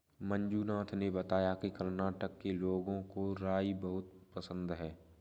मंजुनाथ ने बताया कि कर्नाटक के लोगों को राई बहुत पसंद है